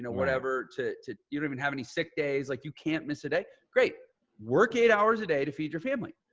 and whatever to, you don't even have any sick days. like you can't miss a day, great work, eight hours a day to feed your family.